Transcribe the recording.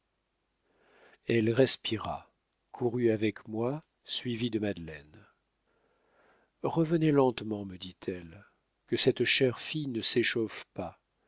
elle respira courut avec moi suivie de madeleine revenez lentement me dit-elle que cette chère fille ne s'échauffe pas